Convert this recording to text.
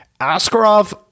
Askarov